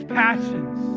passions